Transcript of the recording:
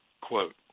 quote